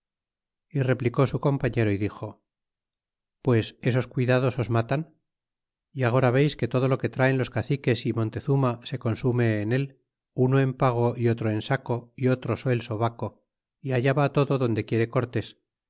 y replicó su compailero y dixo pues esos cuidados os matan y agora veis que todo lo que traen los caciques y montezuma se consume en él uno en pago y otro en saco é otro so el sobaco y allá va todo donde quiere